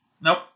Nope